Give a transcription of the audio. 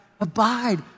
Abide